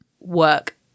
work